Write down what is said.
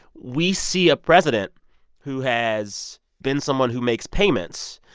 we see a president who has been someone who makes payments,